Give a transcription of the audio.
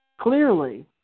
clearly